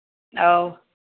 ꯑꯧ